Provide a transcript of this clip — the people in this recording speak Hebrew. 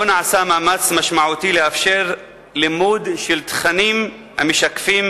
לא נעשה מאמץ משמעותי לאפשר לימוד של תכנים המשקפים